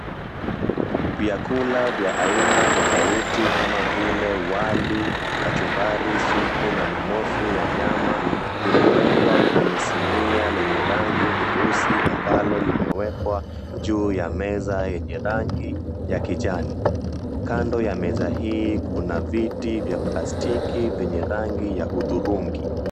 Vyakula vya aina tofauti kama vile wali, kachumbari supu na minofu ya nyama vimewekwa kwenye sinia yenye rangi nyeusi ambalo limewekwa jua ya meza yenye rangi ya kijani, kando ya meza hii kuna viti vya plastiki yenye rangi ya hudhurungi.